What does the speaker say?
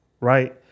right